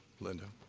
linda.